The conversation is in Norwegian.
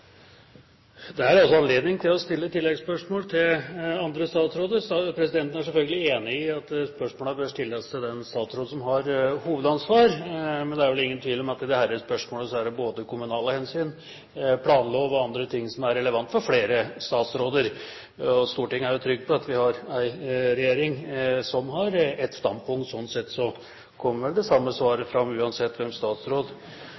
at spørsmålene bør stilles til den statsråden som har hovedansvar, men det er vel ingen tvil om at i dette spørsmålet er det både kommunale hensyn, planlov og andre ting som er relevant for flere statsråder. Stortinget er trygg på at vi har en regjering som har ett standpunkt, og slik sett kommer vel det samme